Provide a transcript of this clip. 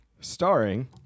Starring